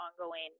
ongoing